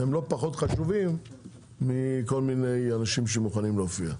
הם לא פחות חשובים מכל מיני אנשים שמוכנים להופיע.